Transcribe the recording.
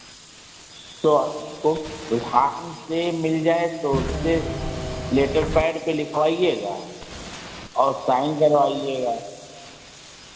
तो तो आपको प्रधान से मिल जाए तो उससे लेटर पैड पे लिखवाइएगा और साइन करवाइएगा